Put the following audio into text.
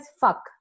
fuck